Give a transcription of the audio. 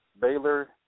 Baylor